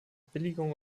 billigung